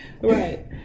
right